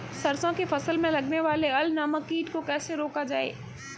सरसों की फसल में लगने वाले अल नामक कीट को कैसे रोका जाए?